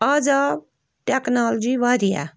اَز آو ٹٮ۪کنالجی وارِیاہ